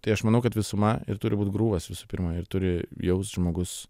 tai aš manau kad visuma ir turi būt grūvas visų pirma ir turi jaust žmogus